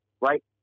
right